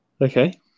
Okay